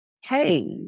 hey